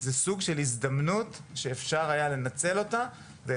זה סוג של הזדמנות שאפשר היה לנצל אותה כדי